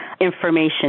information